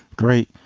great.